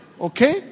okay